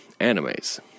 animes